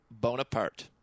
Bonaparte